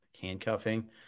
handcuffing